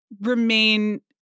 remain